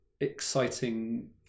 exciting